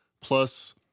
plus